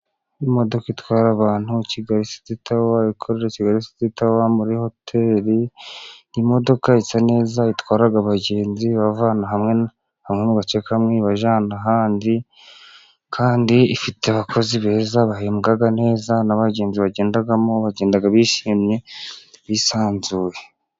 Imodoka itwara abantu kigali siti tawa, ikorera kigali siti tawa muri hoteri imodoka isa neza itwara abagenzi, ibavana ahantu hamwe mugace kamwe ibajyana ahandi kandi ifite abakozi beza, bahembwa neza n'abagenzi bagendamo bagenda bishimye bisanzuye.